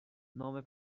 نام